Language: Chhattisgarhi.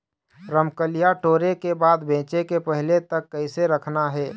रमकलिया टोरे के बाद बेंचे के पहले तक कइसे रखना हे?